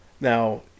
now